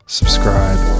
subscribe